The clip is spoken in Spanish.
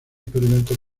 experimentos